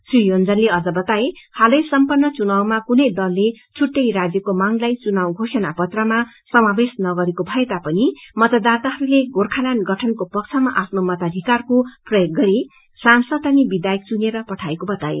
श्री योंजनले अझ बताए हालै सम्पन्न चुनावमा कुनै दलले छुट्टै राज्यको मांगलाई चुनाव घोषणा पत्रमा समावेश न गरेको भएता पनि मतदाताहरूले गोर्खाल्याण्ड गठनको पक्षमा आफ्नो मताधिकारको प्रयोग गरि सांसद अनि विधायक चुनेर पठाएको बताए